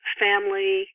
family